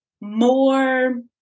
more